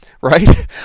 right